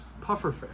pufferfish